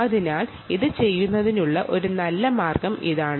അതിനാൽ ഇത് ചെയ്യുന്നതിനുള്ള ഒരു നല്ല മാർഗ്ഗം ഇതാണ്